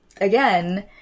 again